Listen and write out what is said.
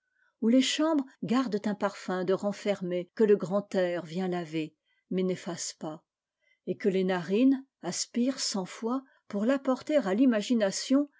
où les chambres gardent un parfum de renfermé que le grand air vient laver mais n'efface pas et que les narines aspirent cent fois pour l'apporter à l'imagination